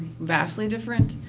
vastly different.